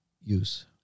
use